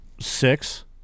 Six